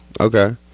Okay